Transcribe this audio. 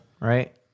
right